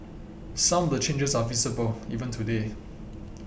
some of the changes are visible even today